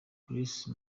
grace